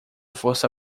força